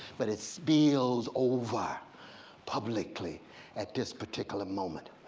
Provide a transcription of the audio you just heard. but it spills over publicly at this particular moment.